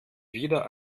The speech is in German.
wieder